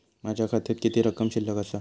माझ्या खात्यात किती रक्कम शिल्लक आसा?